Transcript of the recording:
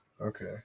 Okay